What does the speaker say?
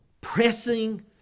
pressing